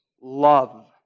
love